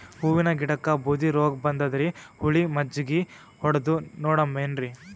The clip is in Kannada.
ಹೂವಿನ ಗಿಡಕ್ಕ ಬೂದಿ ರೋಗಬಂದದರಿ, ಹುಳಿ ಮಜ್ಜಗಿ ಹೊಡದು ನೋಡಮ ಏನ್ರೀ?